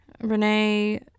Renee